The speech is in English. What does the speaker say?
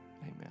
amen